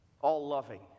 all-loving